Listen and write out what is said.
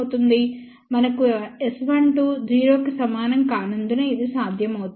మనకు S12 0 కి సమానం కానందున ఇది సాధ్యమవుతుంది